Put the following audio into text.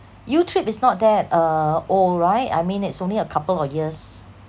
YouTrip is not that uh old right I mean it's only a couple of years